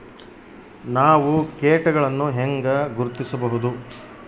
ನಾವು ಕೇಟಗಳನ್ನು ಹೆಂಗ ಗುರ್ತಿಸಬಹುದು?